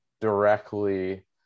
directly